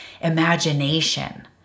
imagination